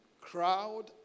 crowd